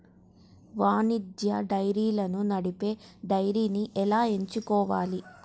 వాణిజ్య డైరీలను నడిపే డైరీని ఎలా ఎంచుకోవాలి?